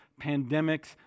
pandemics